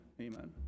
amen